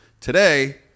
Today